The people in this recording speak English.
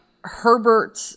Herbert